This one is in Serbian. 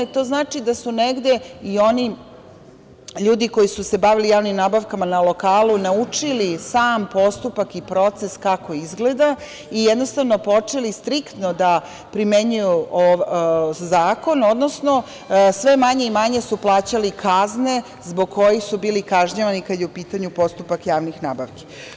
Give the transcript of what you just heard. To znači da su negde i oni ljudi koji su se bavili javnim nabavkama na lokalu naučili sam postupak i proces kako izgleda i jednostavno počeli striktno da primenjuju zakon, odnosno sve manje i manje su plaćali kazne zbog kojih su bili kažnjavani kada je u pitanju postupak javnih nabavki.